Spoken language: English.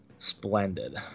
Splendid